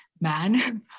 man